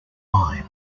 mine